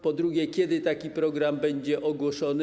Po drugie, kiedy taki program będzie ogłoszony?